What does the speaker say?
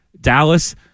Dallas